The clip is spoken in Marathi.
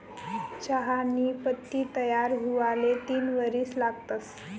चहानी पत्ती तयार हुवाले तीन वरीस लागतंस